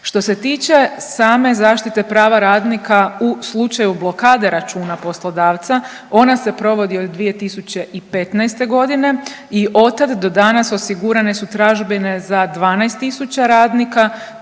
Što se tiče same zaštite prava radnika u slučaju blokade računa poslodavca, ona se provodi od 2015. g. i otad do danas osigurane su tražbine za 12 tisuća radnika,